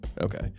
Okay